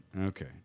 Okay